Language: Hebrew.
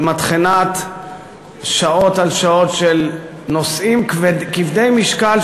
של מטחנת שעות על שעות של נושאים כבדי משקל